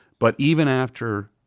but even after